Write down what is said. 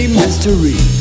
mystery